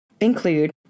include